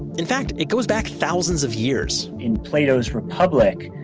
in fact, it goes back thousands of years in plato's republic,